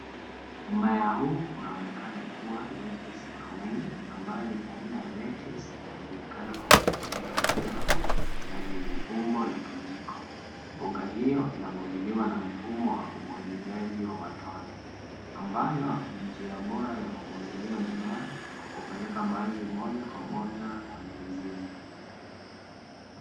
Mmea huu unaonekana kuwa lettuce ya romaine , ambayo ni aina ya lettuce , inayojulikana kwa majani yake marefu na yenye umbo la kijiko. Mboga hio inamwagiliwa na mfumo wa umwagiliaji wa matone, ambayo ni njia bora ya kumwagilia mimea kwa kupeleka maji moja kwa moja kwenye mizizi.